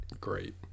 great